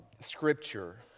scripture